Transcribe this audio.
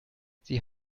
sie